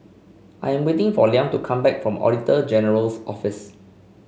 I am waiting for Liam to come back from Auditor General's Office